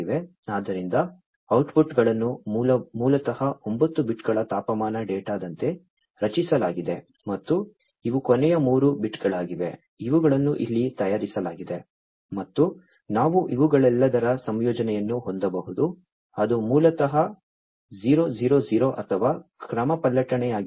ಆದ್ದರಿಂದ ಔಟ್ಪುಟ್ಗಳನ್ನು ಮೂಲತಃ 9 ಬಿಟ್ಗಳ ತಾಪಮಾನ ಡೇಟಾದಂತೆ ರಚಿಸಲಾಗಿದೆ ಮತ್ತು ಇವು ಕೊನೆಯ ಮೂರು ಬಿಟ್ಗಳಾಗಿವೆ ಇವುಗಳನ್ನು ಇಲ್ಲಿ ತೋರಿಸಲಾಗಿದೆ ಮತ್ತು ನಾವು ಇವುಗಳೆಲ್ಲದರ ಸಂಯೋಜನೆಯನ್ನು ಹೊಂದಬಹುದು ಅದು ಮೂಲತಃ 000 ಅಥವಾ ಕ್ರಮಪಲ್ಲಟನೆಯಾಗಿರಬಹುದು